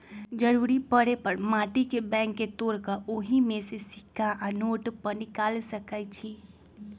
जरूरी परे पर माटी के बैंक के तोड़ कऽ ओहि में से सिक्का आ नोट के पनिकाल सकै छी